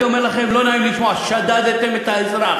אני אומר לכם, לא נעים לשמוע: שדדתם את האזרח.